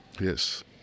yes